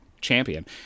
champion